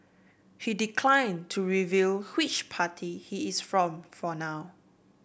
he declined to reveal which party he is from for now